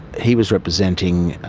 he was representing